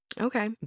Okay